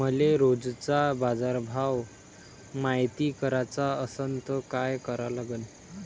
मले रोजचा बाजारभव मायती कराचा असन त काय करा लागन?